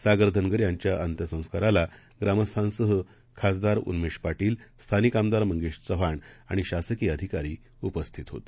सागरधनगरयांच्याअंत्यसंस्कारालाग्रामस्थांसह खासदारउन्मेशपाटील स्थानिकआमदारमंगेशचव्हाणआणिशासकीयअधिकारीउपस्थितहोते